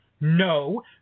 No